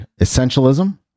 essentialism